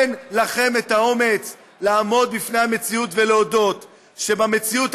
אין לכם אומץ לעמוד בפני המציאות ולהודות שבמציאות